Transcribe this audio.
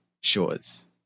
shores